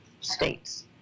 states